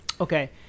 Okay